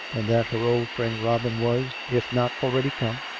and that her old friend robin was, if not already come,